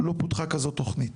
לא פותחה כזאת תוכנית,